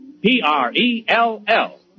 P-R-E-L-L